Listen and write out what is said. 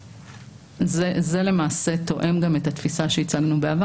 זה למעשה תואם גם את התפיסה שהצגנו בעבר